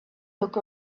look